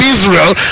Israel